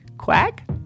Quack